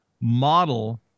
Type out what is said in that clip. model